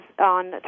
on